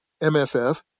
MFF